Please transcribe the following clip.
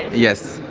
yes,